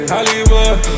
Hollywood